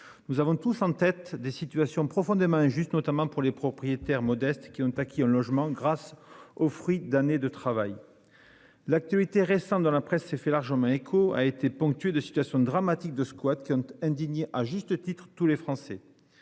Nous avons tous en tête des situations profondément injustes, notamment pour les propriétaires modestes qui ont acquis un logement grâce au fruit d'années de travail. L'actualité récente dans la presse s'est fait largement écho a été ponctuée de situations dramatiques de squat qui ont indigné à juste titre tous les Français.